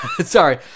Sorry